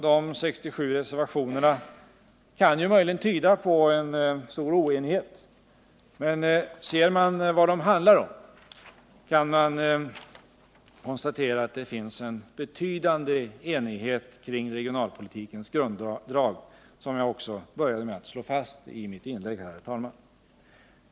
De 67 reservationerna kan möjligen tyda på en stor oenighet, men ser man till vad de handlar om kan man konstatera, att det finns en betydande enighet kring regionalpolitikens grunddrag, vilket jag började med att slå fast i mitt inlägg.